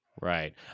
Right